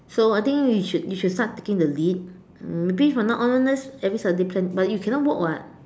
so I think you should you should start taking the lead maybe from now onwards every Saturday plan but you cannot walk [what]